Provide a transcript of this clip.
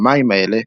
מהמים אלה,